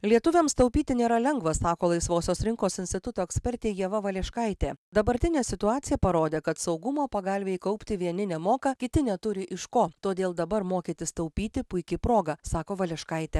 lietuviams taupyti nėra lengva sako laisvosios rinkos instituto ekspertė ieva valeškaitė dabartinė situacija parodė kad saugumo pagalvei kaupti vieni nemoka kiti neturi iš ko todėl dabar mokytis taupyti puiki proga sako vališkaitė